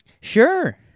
Sure